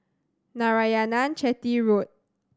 Narayanan Chetty Road